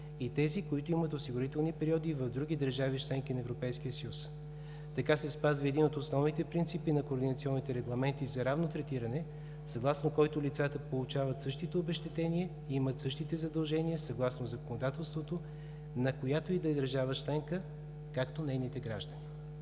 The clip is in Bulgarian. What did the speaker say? и тези, които имат осигурителни периоди и в други държави – членки на Европейския съюз. Така се спазва един от основните принципи на координационните регламенти за равно третиране, съгласно който лицата получават същите обезщетения и имат същите задължения, съгласно законодателството на която и да е държава членка, както нейните граждани.